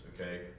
okay